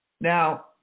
Now